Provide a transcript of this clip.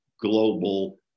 global